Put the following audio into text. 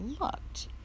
looked